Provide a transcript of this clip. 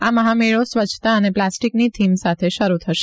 આ મહામેળો સ્વચ્છતા અને પ્લાસ્ટિકની થીમ સાથે શરૂ થશે